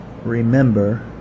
remember